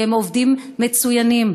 כי הם עובדים מצוינים,